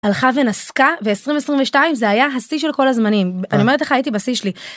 הלכה ונסקה ו2022 זה היה השיא של כל הזמנים אני אומרת לך הייתי בשיא שלי.